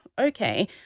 okay